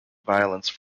violence